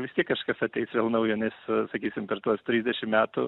vis tiek kažkas ateis vėl naujo nes sakysim per tuos trisdešim metų